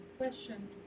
question